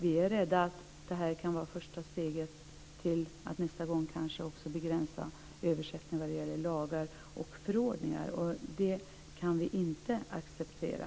Vi är rädda att det kan vara första steget till att nästa gång kanske också begränsa översättning när det gäller lagar och förordningar. Och det kan vi inte acceptera.